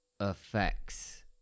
Effects